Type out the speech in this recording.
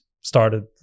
started